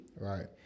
Right